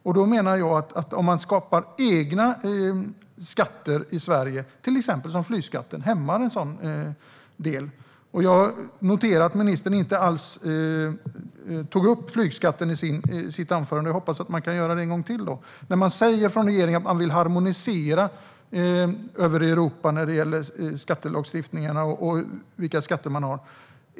Om man skapar egna skatter i Sverige, till exempel flygskatten, menar jag att det hämmar en sådan del. Jag noterar att ministern inte alls tog upp flygskatten i sitt anförande, och jag hoppas att han kan göra det nu. Regeringen säger att man vill harmonisera över Europa när det gäller skattelagstiftningarna och vilka skatter man har.